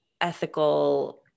ethical